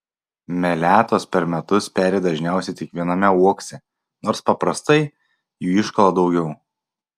meletos per metus peri dažniausiai tik viename uokse nors paprastai jų iškala daugiau